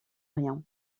rien